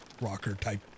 rocker-type